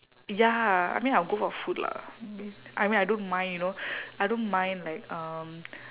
ya I mean I will go for food lah I mean I don't mind you know I don't mind like um